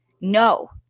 no